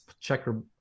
checker